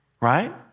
right